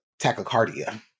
tachycardia